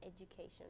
education